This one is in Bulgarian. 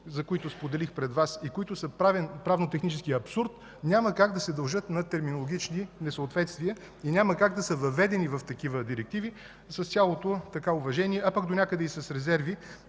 за които споделих пред Вас и които са правно-технически абсурд, няма как да се дължат на терминологични несъответствия, няма как да са въведени в такива директиви, с цялото уважение, а пък донякъде и с резерви